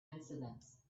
incidents